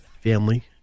Family